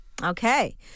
Okay